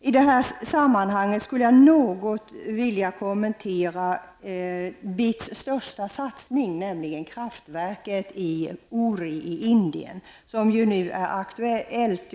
I detta sammanhang skulle jag något vilja kommentera BITS största satsning, nämligen kraftverket i Uri i Indien, som ju nu är aktuellt.